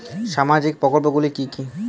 সামাজিক প্রকল্পগুলি কি কি?